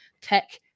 tech